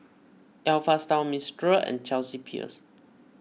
Alpha Style Mistral and Chelsea Peers